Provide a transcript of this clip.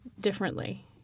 differently